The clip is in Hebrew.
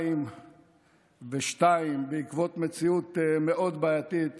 ב-2002 בעקבות מציאות מאוד בעייתית